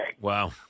Wow